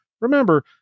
Remember